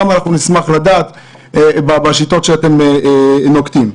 נשמח לדעת בשיטות שאתם נוקטים.